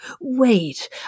Wait